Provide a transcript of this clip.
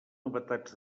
novetats